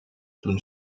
toen